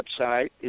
website